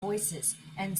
voicesand